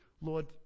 Lord